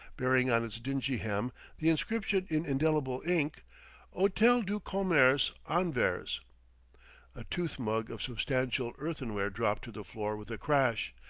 bearing on its dingy hem the inscription in indelible ink hotel du commerce, anvers. a tooth-mug of substantial earthenware dropped to the floor with a crash.